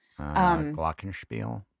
Glockenspiel